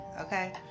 okay